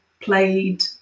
played